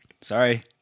sorry